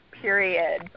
period